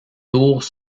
tours